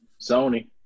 Sony